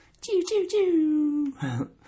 Choo-choo-choo